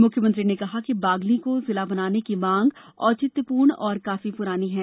मुख्यमंत्री ने कहा कि बागली को जिला बनाने की मांग औचित्यपूर्ण और काफी पुरानी है